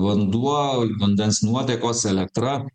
vanduo vandens nuotekos elektra